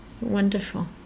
Wonderful